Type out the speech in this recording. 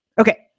okay